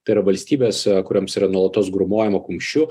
tai yra valstybėse kurioms yra nuolatos grūmojima kumščiu